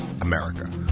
America